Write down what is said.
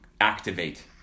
activate